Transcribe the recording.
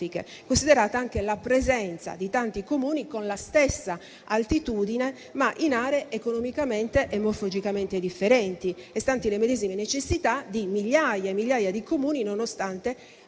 considerata anche la presenza di tanti Comuni con la stessa altitudine, ma in aree economicamente e morfologicamente differenti e stanti le medesime necessità di migliaia e migliaia di Comuni, nonostante